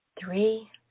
three